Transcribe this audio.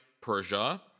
Persia